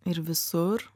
ir visur